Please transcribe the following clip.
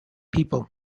people